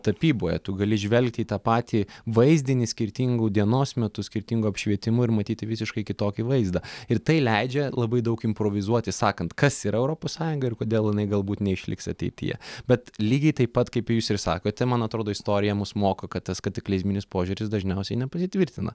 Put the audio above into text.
tapyboje tu gali žvelgti į tą patį vaizdinį skirtingu dienos metu skirtingu apšvietimu ir matyti visiškai kitokį vaizdą ir tai leidžia labai daug improvizuoti sakant kas yra europos sąjunga ir kodėl jinai galbūt neišliks ateityje bet lygiai taip pat kaip jūs ir sakote man atrodo istorija mus moko kad tas kataklizminis požiūris dažniausiai nepasitvirtina